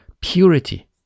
purity